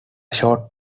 short